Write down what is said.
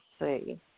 see